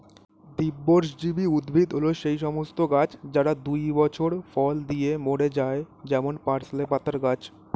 দ্বিবর্ষজীবী উদ্ভিদ হল সেই সমস্ত গাছ যারা দুই বছর ফল দিয়ে মরে যায় যেমন পার্সলে পাতার গাছ